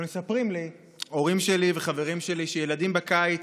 אבל מספרים לי ההורים שלי וחברים שלי שילדים בקיץ,